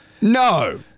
No